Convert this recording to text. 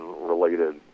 related